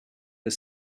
the